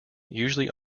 usually